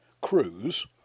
cruise